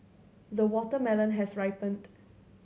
the watermelon has ripened